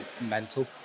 mental